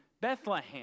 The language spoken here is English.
Bethlehem